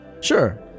Sure